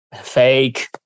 fake